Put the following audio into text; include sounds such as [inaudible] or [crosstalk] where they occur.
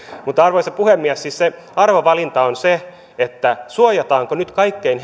mutta arvoisa puhemies siis se arvovalinta on se suojataanko nyt kaikkein [unintelligible]